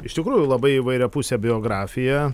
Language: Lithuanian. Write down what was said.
iš tikrųjų labai įvairiapusę biografiją